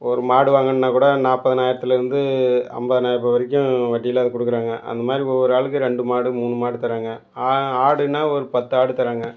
ஒரு மாடு வாங்கணுன்னாக் கூட நாற்பதானயிரத்திலிருந்து ஐம்பதனாயர்ரூபா வரைக்கும் வட்டியில்லாது கொடுக்குறாங்க அந்த மாதிரி ஒவ்வொரு ஆளுக்கு ரெண்டு மாடு மூணு மாடு தர்றாங்க ஆடுனால் ஒரு பத்து ஆடு தர்றாங்க